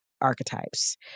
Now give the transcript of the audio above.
archetypes